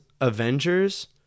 Avengers